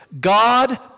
God